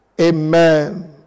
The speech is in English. Amen